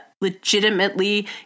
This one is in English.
legitimately